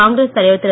காங்கிரஸ் தலைவர் திரு